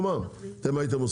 כ-40 שנה שמאי ומהניסיון שלי,